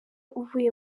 uvuye